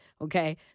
okay